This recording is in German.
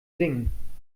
singen